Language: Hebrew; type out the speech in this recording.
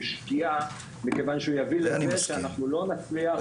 הוא שגיאה מכיוון שהוא יביא לזה שאנחנו לא נצליח,